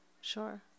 Sure